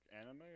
anime